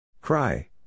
Cry